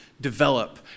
develop